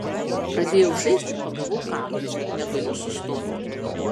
pradėjau žaist ir pagavau kablį negaliu sustot